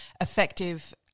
effective